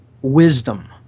wisdom